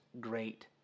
great